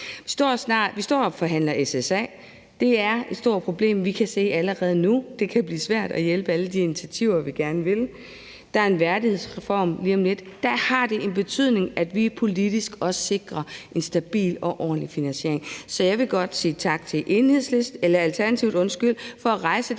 Vi står og forhandler SSA. Der er et stort problem, vi kan se allerede nu: Det kan blive svært at støtte alle de initiativer, vi gerne vil. Der er en værdighedsreform lige om lidt. Der har det en betydning, at vi politisk også sikrer en stabil og ordentlig finansiering. Så jeg vil godt sige tak til Alternativet for at rejse den her